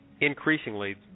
Increasingly